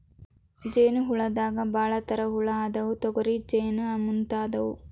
ಜೇನ ಹುಳದಾಗ ಭಾಳ ತರಾ ಹುಳಾ ಅದಾವ, ತೊಗರಿ ಜೇನ ಮುಂತಾದವು